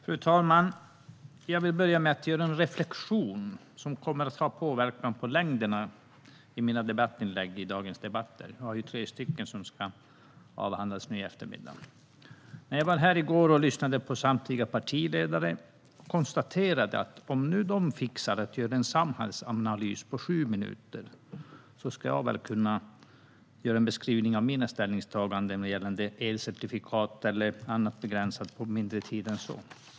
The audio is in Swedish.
Fru talman! Jag vill börja med att göra en reflektion som kommer att ha påverkan på längden på mina debattinlägg i dagens debatter. Jag har ju tre stycken som ska avhandlas nu i kväll. Jag var här i går och lyssnade på samtliga partiledare och konstaterade att om de nu fixar att göra en samhällsanalys på sju minuter ska väl jag kunna göra en beskrivning av mina ställningstaganden gällande elcertifikat eller något annat begränsat på mindre tid än så.